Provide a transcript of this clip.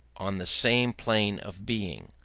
on the same plane of being.